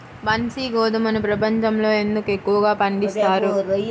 బన్సీ గోధుమను ప్రపంచంలో ఎందుకు ఎక్కువగా పండిస్తారు?